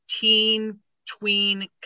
teen-tween